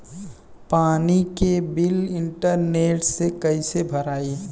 पानी के bill internet से कइसे भराई?